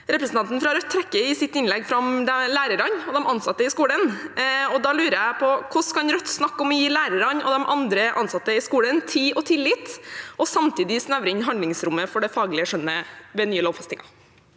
Representanten fra Rødt trekker i sitt innlegg fram lærerne og de ansatte i skolen, og da lurer jeg på: Hvordan kan Rødt snakke om å gi lærerne og de andre ansatte i skolen tid og tillit, og samtidig snevre inn handlingsrommet for det faglige skjønnet ved nye lovfestinger?